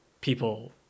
people